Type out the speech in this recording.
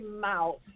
mouth